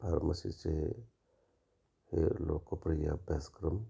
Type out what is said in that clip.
फार्मसीचे हे लोकप्रिय अभ्यासक्रम